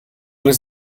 was